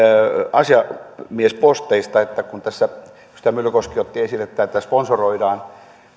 asiamiesposteista kun edustaja myllykoski otti esille tämän että sponsoroidaan